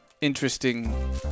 interesting